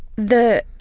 the